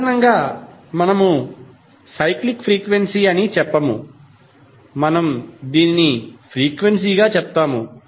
సాధారణంగా మనము cyclic frequency అని చెప్పము మనము దీనిని ఫ్రీక్వెన్సీ గా చెప్తాము